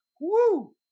Woo